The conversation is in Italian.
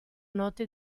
notte